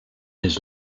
his